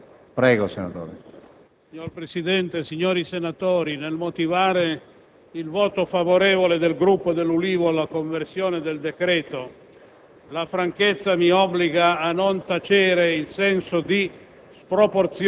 Signor Presidente, signori senatori, nel motivare il voto favorevole del Gruppo dell'Ulivo alla conversione in legge